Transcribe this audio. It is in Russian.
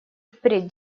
впредь